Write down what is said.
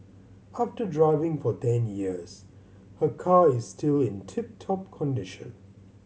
after driving for ten years her car is still in tip top condition